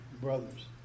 brothers